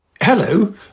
Hello